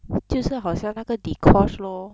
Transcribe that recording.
就是好像那个 dee kosh lor